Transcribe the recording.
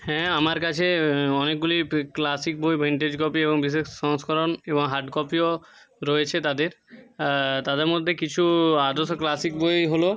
হ্যাঁ আমার কাছে অনেকগুলি ক্লাসিক বই ভিন্টেজ কপি এবং বিশেষ সংস্করণ এবং হার্ড কপিও রয়েছে তাদের তাদের মধ্যে কিছু আদর্শ ক্লাসিক বই হলো